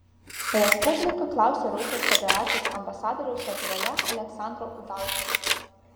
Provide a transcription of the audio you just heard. respublika klausė rusijos federacijos ambasadoriaus lietuvoje aleksandro udalcovo